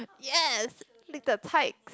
yes leak the type